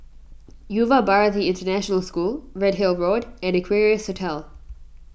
Yuva Bharati International School Redhill Road and Equarius Hotel